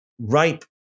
ripe